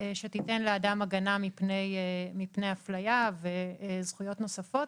שתיתן לאדם הגנה מפני אפליה וזכויות נוספות,